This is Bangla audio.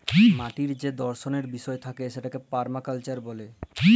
মাটির যে দর্শলের বিষয় থাকে সেটাকে পারমাকালচার ব্যলে